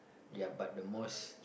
ya but the most